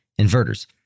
inverters